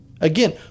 again